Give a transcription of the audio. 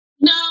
No